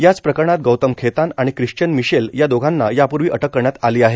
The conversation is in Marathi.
याच प्रकरणात गौतम खेतान आणि ख्रिश्चेन मिशेल या दोघांना यापूर्वी अटक करण्यात आली आहे